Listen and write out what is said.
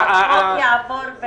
החוק יעבור?